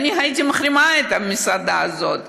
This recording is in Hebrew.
והייתי מחרימה את המסעדה הזאת,